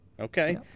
Okay